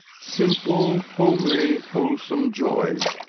simple, homely, wholesome joys.